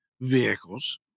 vehicles